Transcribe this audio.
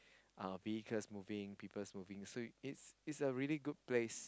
uh vehicles moving people smoking so it's it's a really good place